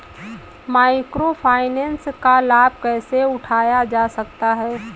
Micro finance का लाभ कैसे उठाया जा सकता है?